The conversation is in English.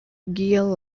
gia